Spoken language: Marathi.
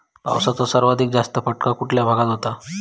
पावसाचा सर्वाधिक जास्त फटका कुठल्या भागात होतो?